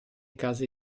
casi